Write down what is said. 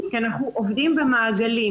כי אנחנו עובדים במעגלים.